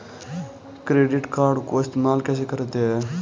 Credit card को इस्तेमाल कैसे करते हैं?